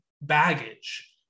baggage